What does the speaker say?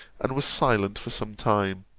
and was silent for some time.